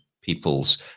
people's